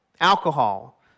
Alcohol